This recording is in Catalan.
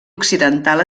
occidental